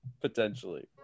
Potentially